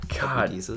God